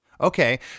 Okay